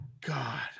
God